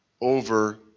over